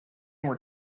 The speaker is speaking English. were